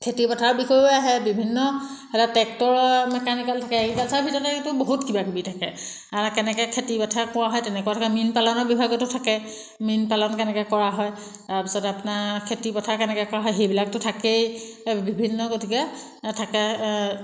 খেতি পথাৰৰ বিষয়েও আহে বিভিন্ন সেইবিলাক ট্ৰেক্টৰৰ মেকানিকেল থাকে এগ্ৰিকালচাৰৰ ভিতৰতে বহুত কিবাকিবি থাকে কেনেকৈ খেতিৰ কথা কোৱা হয় তেনেকুৱা থাকে মীন পালনৰ বিভাগতো থাকে মীন পালন কেনেকৈ কৰা হয় তাৰপিছত আপোনাৰ খেতি কথা কেনেকৈ কৰা হয় সেইবিলাকতো থাকেই সেইবিলাক বিভিন্ন গতিকে থাকে